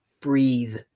breathe